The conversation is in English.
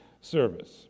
service